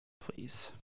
please